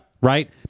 Right